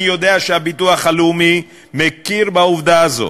אני יודע שהביטוח הלאומי מכיר בעובדה הזאת,